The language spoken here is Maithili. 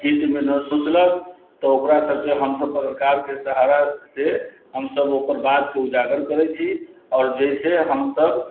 हितमे ना सोचलक तऽ ओकरा सबके हमसब पत्रकारके सहारासँ हमसब ओकर बातके उजागर करै छी आओर जाइसँ हमसब